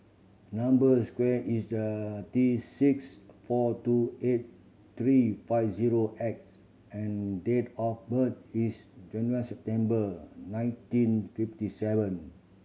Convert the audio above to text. number square is a T six four two eight three five zero X and date of birth is twenty one September nineteen fifty seven